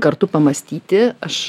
kartu pamąstyti aš